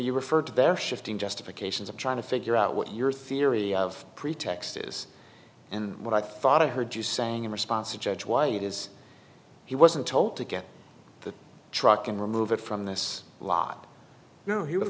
you referred to their shifting justifications of trying to figure out what your theory of pretext is and what i thought i heard you saying in response judge why it is he wasn't told to get the truck and remove it from this lot